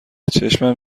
چشمم